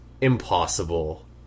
impossible